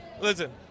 Listen